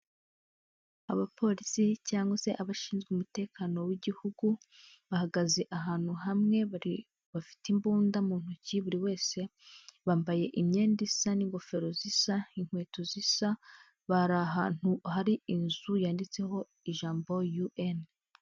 Abapolisi cyangwa se abashinzwe umutekano w'igihugu, bahagaze ahantu hamwe, bafite imbunda mu ntoki buri wese, bambaye imyenda isa n'ingofero zisa, inkweto zisa, bari ahantu hari inzu yanditseho ijambo "UN".